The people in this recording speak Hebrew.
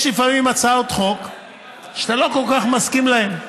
יש לפעמים הצעות חוק שאתה לא כל כך מסכים להן,